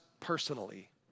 Personally